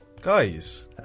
Guys